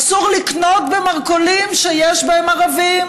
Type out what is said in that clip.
אסור לקנות במרכולים שיש בהם ערבים.